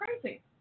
crazy